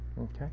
okay